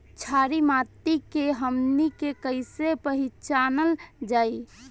छारी माटी के हमनी के कैसे पहिचनल जाइ?